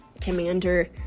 commander